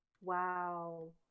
Wow